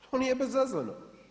To nije bezazleno.